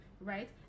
right